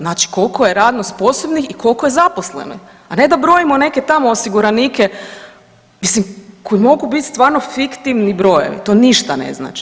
Znači koliko je radno sposobnih i koliko je zaposlenih, a ne da brojimo neke tamo osiguranike, mislim, koji mogu biti stvarno fiktivni brojevi, to ništa ne znači.